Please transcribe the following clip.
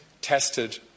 tested